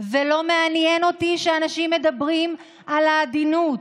ולא מעניין אותי שאנשים מדברים על העדינות.